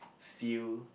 feel